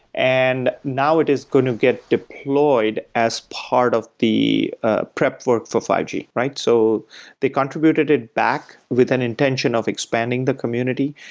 and now it is going to get deployed as part of the ah prep work for five g. so they contributed it back with an intention of expanding the community,